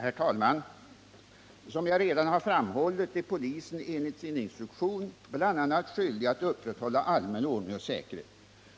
Herr talman! Som jag redan har framhållit är polisen enligt sin instruktion bl.a. skyldig att upprätthålla allmän ordning och säkerhet.